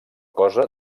cosa